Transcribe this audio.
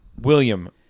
William